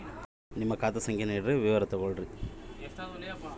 ನನ್ನ ಅಕೌಂಟಿನ ಒಂದು ತಿಂಗಳದ ವಿವರ ಕೊಡ್ರಿ?